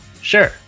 Sure